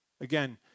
Again